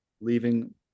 leaving